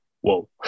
whoa